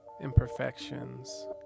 imperfections